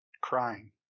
Crying